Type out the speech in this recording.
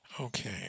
Okay